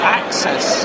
access